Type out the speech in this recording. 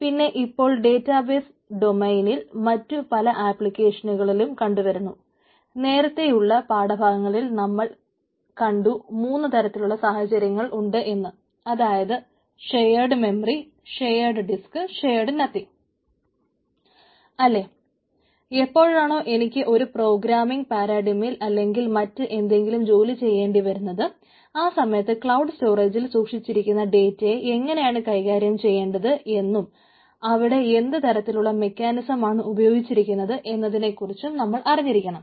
പിന്നെ ഇപ്പോൾ ഡേറ്റാബേസ് ഡൊമൈനിൽ ഉപയോഗിച്ചിരിക്കുന്നത് എന്നതിനെക്കുറിച്ചും നമ്മൾ അറിഞ്ഞിരിക്കണം